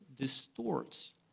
distorts